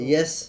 Yes